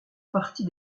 partie